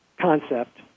concept